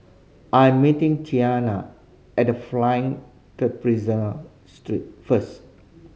I'm meeting Tiana at The Flying Trapeze street first